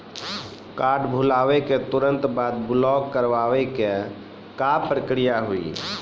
Card भुलाए के तुरंत बाद ब्लॉक करवाए के का प्रक्रिया हुई?